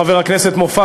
חבר הכנסת מופז,